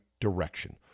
direction